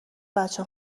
بچه